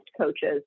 coaches